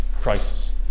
crisis